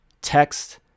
text